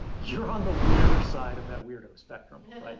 you're on the weirder side of that weirdo spectrum, right?